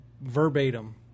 verbatim